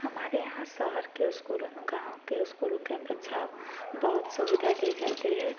हमारे यहाँ शहर के स्कूलों में गाँव के स्कूल के अपेक्षा बहुत सुविधा दी जाती है